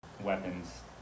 weapons